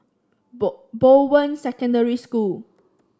Bo Bowen Secondary School